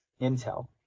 intel